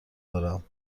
دارم